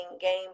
game